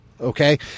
Okay